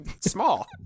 small